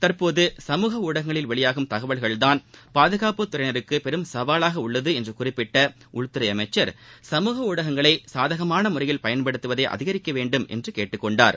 தற்போது சமூக ஊடகங்களில் வெளியாகும் தகவல்கள்தான் பாதுகாப்புத் துறையினருக்கு பெரும் சவாலாக உள்ளது என்று குறிப்பிட்ட உள்துறை அமைச்சர் சமூக ஊடகங்களை சாதகமான முறையில் பயன்படுத்துவதை அதிகரிக்க வேண்டும் என்று கேட்டுக் கொண்டார்